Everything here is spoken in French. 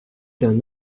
d’un